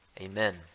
Amen